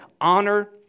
honor